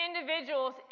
individuals